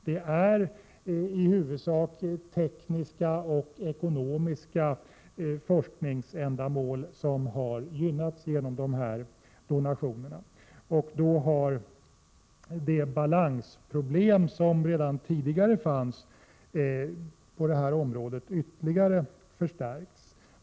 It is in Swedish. Det är i huvudsak tekniska och ekonomiska forskningsändamål som har gynnats genom dessa donationer. De balansproblem som redan tidigare fanns på detta område har då ytterligare förstärkts.